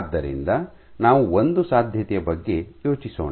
ಆದ್ದರಿಂದ ನಾವು ಒಂದು ಸಾಧ್ಯತೆಯ ಬಗ್ಗೆ ಯೋಚಿಸೋಣ